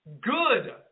good